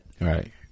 Right